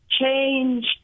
change